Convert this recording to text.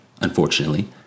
unfortunately